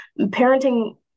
parenting